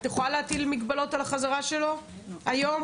את יכולה להטיל מגבלות על החזרה שלו היום?